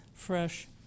fresh